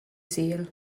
sul